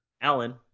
Alan